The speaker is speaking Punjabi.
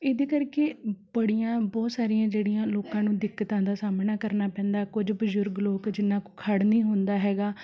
ਇਹਦੇ ਕਰਕੇ ਬੜੀਆਂ ਬਹੁਤ ਸਾਰੀਆਂ ਜਿਹੜੀਆਂ ਲੋਕਾਂ ਨੂੰ ਦਿੱਕਤਾਂ ਦਾ ਸਾਹਮਣਾ ਕਰਨਾ ਪੈਂਦਾ ਕੁਝ ਬਜ਼ੁਰਗ ਲੋਕ ਜਿੰਨਾਂ ਕੋਲ ਖੜ੍ਹ ਨਹੀਂ ਹੁੰਦਾ ਹੈਗਾ